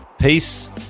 peace